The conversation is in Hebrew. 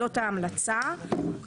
זאת ההמלצה.